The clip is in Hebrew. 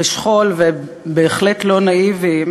ושכול ובהחלט לא נאיביים,